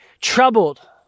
troubled